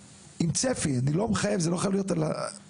עם צפי של כמה זמן אנחנו רוצים לתת לטובת המידוד וההגעה למסקנה באם